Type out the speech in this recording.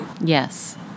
yes